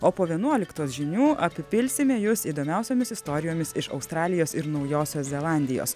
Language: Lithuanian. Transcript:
o po vienuoliktos žinių apipilsime jus įdomiausiomis istorijomis iš australijos ir naujosios zelandijos